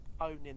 owning